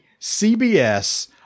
CBS